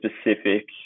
specific